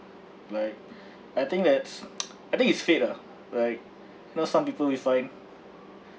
like I think that's I think it's fate ah right you know some people we find